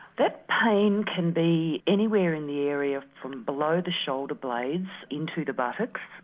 that pain can be anywhere in the area from below the shoulder blades into the buttocks,